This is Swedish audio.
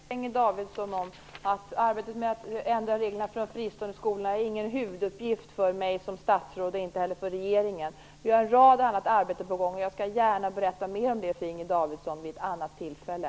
Herr talman! Jag kan försäkra Inger Davidson att arbetet med att ändra reglerna för de fristående skolorna inte är någon huvuduppgift för mig som statsråd, och inte heller för regeringen. Vi har en mängd annat arbete på gång, och jag skall gärna berätta mer om det för Inger Davidson vid ett annat tillfälle.